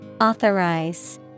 Authorize